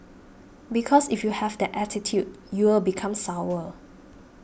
because if you have that attitude you'll become sour